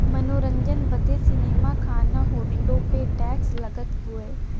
मनोरंजन बदे सीनेमा, खाना, होटलो पे टैक्स लगत हउए